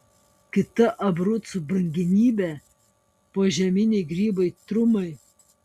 kita abrucų brangenybė požeminiai grybai trumai